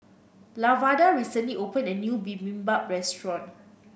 Lavada recently opened a new Bibimbap Restaurant